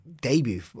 debut